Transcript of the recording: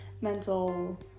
mental